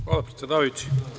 Hvala, predsedavajući.